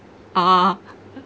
ah